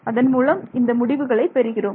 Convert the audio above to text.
அதன்மூலம் இந்த முடிவுகளை பெறுகிறோம்